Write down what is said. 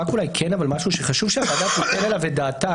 משהו שחשוב שהוועדה כן תיתן עליו את דעתה,